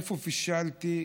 איפה פישלתי,